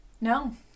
No